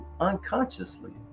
unconsciously